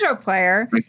player